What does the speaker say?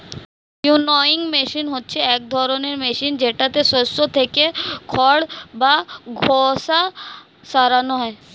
winnowing machine হচ্ছে এক ধরনের মেশিন যেটাতে শস্য থেকে খড় বা খোসা সরানো হয়